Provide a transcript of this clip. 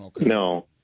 no